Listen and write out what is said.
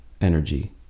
energy